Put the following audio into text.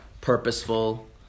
purposeful